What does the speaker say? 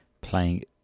playing